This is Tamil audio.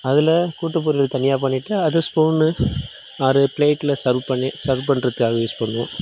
அதில் கூட்டுப்பொரியல் தனியாக பண்ணிவிட்டு அது ஸ்பூனு ஆறு பிளேட்டில் செர்வ் பண்ணி செர்வ் பண்ணுறதுக்காக யூஸ் பண்ணுவோம்